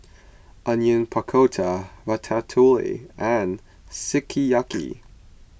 Onion Pakora Ratatouille and Sukiyaki